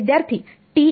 विद्यार्थी TEM